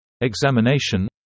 Examination